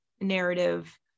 narrative